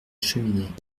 cheminée